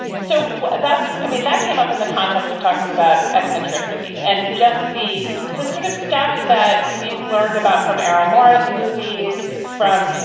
so that's i mean, that came up in the context of talking about eccentricity and just the the sort of stuff that we've learned about from errol morris movies from,